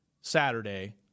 Saturday